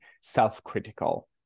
self-critical